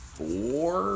four